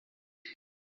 quin